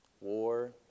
war